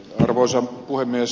arvoisa puhemies